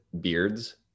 beards